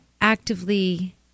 actively